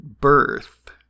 birth